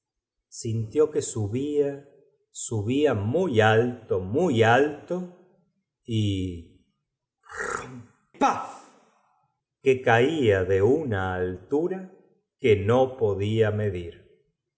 sintió que subla subía muy alto eran el presidente f ritz y la soiiorita muy alto y prrrrrum y pnffl quo caía de trud hen que reían á sus expensas una altu ra que no podía medir